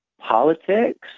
politics